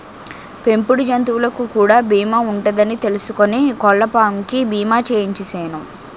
పెంపుడు జంతువులకు కూడా బీమా ఉంటదని తెలుసుకుని కోళ్ళపాం కి బీమా చేయించిసేను